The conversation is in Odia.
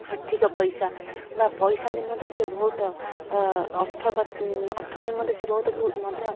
ଆର୍ଥିକ ପଇସା ବା ପଇସା ନିମନ୍ତେ ସେ ବହୁତ ଅର୍ଥ କ ନିମନ୍ତେ ସେ ବହୁତ ବି ମଧ୍ୟ